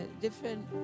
different